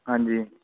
ਹਾਂਜੀ